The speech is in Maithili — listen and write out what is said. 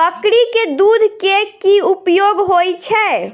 बकरी केँ दुध केँ की उपयोग होइ छै?